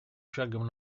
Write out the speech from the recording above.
шагом